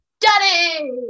Daddy